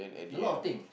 a lot of thing